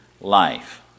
life